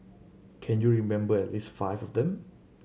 can you remember at least five of them